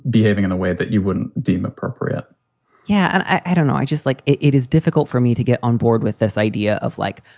behaving in a way that you wouldn't deem appropriate yeah, and i don't know. i just like it it is difficult for me to get on board with this idea of, like,